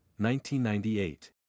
1998